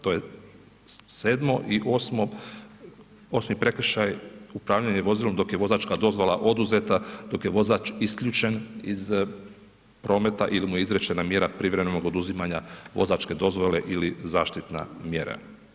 To je 7. i 8., 8. prekršaj upravljanje vozilom dok je vozačka dozvola oduzeta, dok je vozač isključen iz prometa ili mu je izrečena mjera privremenog oduzimanja vozačke dozvole ili zaštitna mjera.